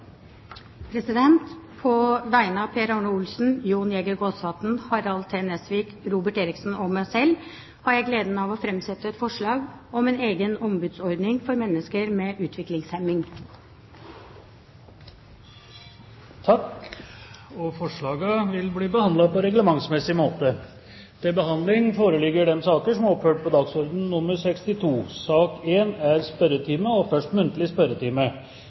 På vegne av Per Arne Olsen, Jon Jæger Gåsvatn, Harald T. Nesvik, Robert Eriksson og meg selv har jeg gleden av å framsette et forslag om en egen ombudsordning for mennesker med utviklingshemning. Forslagene vil bli behandlet på reglementsmessig måte. Stortinget mottok mandag meddelelse fra Statsministerens kontor om at utenriksminister Jonas Gahr Støre og statsrådene Lars Peder Brekk og Rigmor Aasrud vil møte til muntlig spørretime.